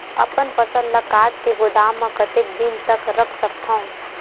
अपन फसल ल काट के गोदाम म कतेक दिन तक रख सकथव?